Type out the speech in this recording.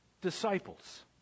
disciples